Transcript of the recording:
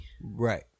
Right